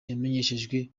yamenyeshejwe